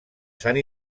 sant